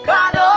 God